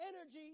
energy